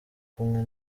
kumwe